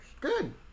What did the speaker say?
Good